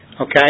Okay